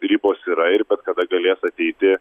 ribos yra ir bet kada galės ateiti